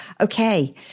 Okay